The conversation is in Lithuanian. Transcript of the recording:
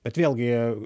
bet vėlgi